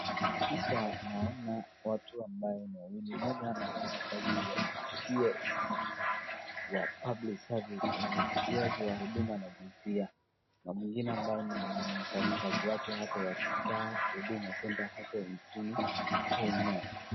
Hii picha naona watu ambaye ni wawili. Mmoja anafanya kazi ya cs wa public service na cs wa huduma na jinsia na mwingine ambaye ni mfanyikazi wake hapo wakikaa Huduma Centre hapo nchini Kenya.